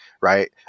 right